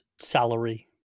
salary